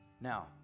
now